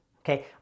Okay